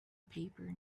paper